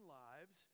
lives